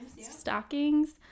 Stockings